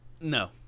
No